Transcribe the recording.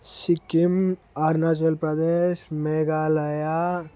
Sikkim Arunachal Pradesh Meghalaya